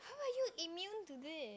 how are you immune to this